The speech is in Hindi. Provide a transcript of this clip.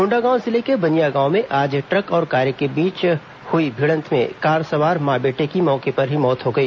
कोंडागांव जिले के बनियागांव में आज ट्रक और कार के बीच हुई भिड़ंत में कार में सवार मां बेटे की मौत हो गई